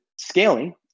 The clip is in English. scaling